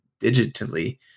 digitally